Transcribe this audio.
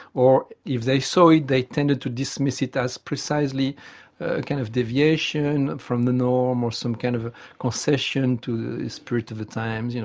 or if they saw it they tended to dismiss it as precisely a kind of deviation from the norm, or some kind of concession to the spirit of the times, you know,